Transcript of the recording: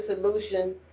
solution